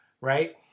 right